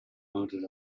mounted